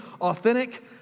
authentic